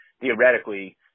theoretically